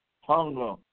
hunger